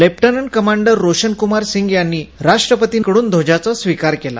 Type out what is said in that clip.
lieutenant commander Roshankumar Singh यांनी राष्ट्रपतिंकडून ध्वजाचा स्वीकार केला